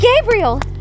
Gabriel